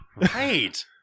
Right